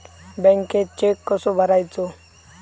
बँकेत चेक कसो भरायचो?